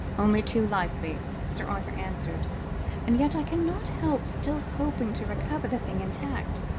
only too likely, sir arthur answered and yet i cannot help still hoping to recover the thing intact.